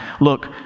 Look